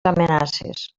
amenaces